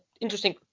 interesting